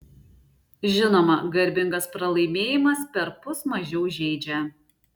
žinoma garbingas pralaimėjimas perpus mažiau žeidžia